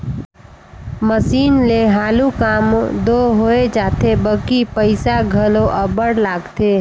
machine ले हालु काम दो होए जाथे बकि पइसा घलो अब्बड़ लागथे